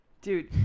Dude